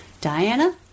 Diana